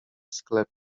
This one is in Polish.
sklep